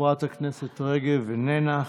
חברת הכנסת רגב, איננה.